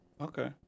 okay